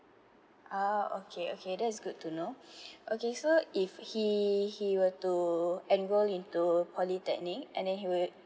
ah okay okay that's good to know okay so if he he were to enroll into polytechnic and then he would